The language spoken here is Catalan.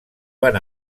van